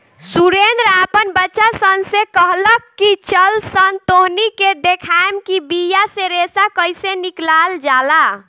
सुरेंद्र आपन बच्चा सन से कहलख की चलऽसन तोहनी के देखाएम कि बिया से रेशा कइसे निकलाल जाला